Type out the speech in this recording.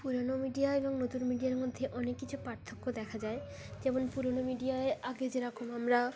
পুরনো মিডিয়া এবং নতুন মিডিয়ার মধ্যে অনেক কিছু পার্থক্য দেখা যায় যেমন পুরনো মিডিয়ায় আগে যেরকম আমরা